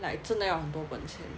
like 真的要很多本钱